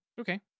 Okay